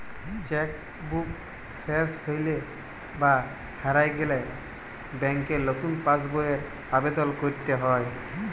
cheque book শেস হৈলে বা হারায় গেলে ব্যাংকে লতুন পাস বইয়ের আবেদল কইরতে হ্যয়